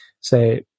say